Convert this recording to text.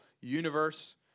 universe